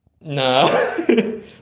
No